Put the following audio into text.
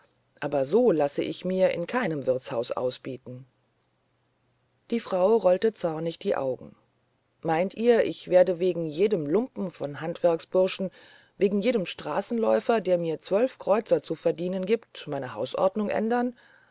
aber so lasse ich mir in keinem wirtshaus ausbieten die frau rollte zornig die augen meint ihr ich werde wegen jedem lumpen von handwerksburschen wegen jedem straßenläufer der mir zwölf kreuzer zu verdienen gibt meine hausordnung ändern